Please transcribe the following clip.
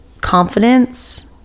confidence